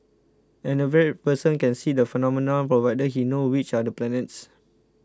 an average person can see the phenomenon provided he knows which are the planets